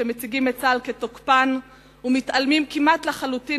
שמציגים את צה"ל כתוקפן ומתעלמים כמעט לחלוטין